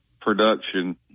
production